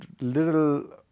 little